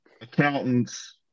accountants